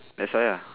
that's why ah